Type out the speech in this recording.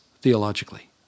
theologically